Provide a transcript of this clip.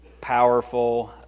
powerful